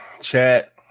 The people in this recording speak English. Chat